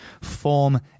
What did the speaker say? form